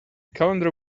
calendar